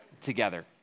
together